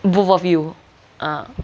both of you uh